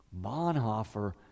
Bonhoeffer